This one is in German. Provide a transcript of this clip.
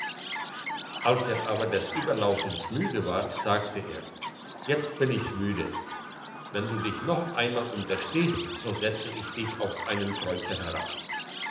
als er aber des überlaufens müde war sagte er jetzt bin ich's müde wenn du dich noch einmal unterstehst so setze ich dich auf einen kreuzer herab